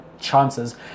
chances